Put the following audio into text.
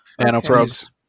nanoprobes